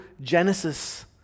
Genesis